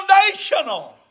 foundational